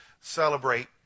celebrate